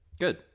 good